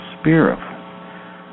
spirit